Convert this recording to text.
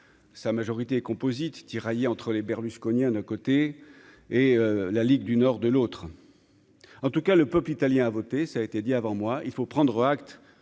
sa majorité composite tiraillée entre les berlusconiens, d'un côté et la Ligue du nord, de l'autre, en tout cas le peuple italien a voté, ça a été dit avant moi, il faut prendre acte